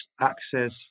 access